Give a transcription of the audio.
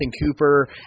Cooper